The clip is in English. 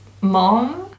mom